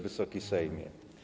Wysoki Sejmie!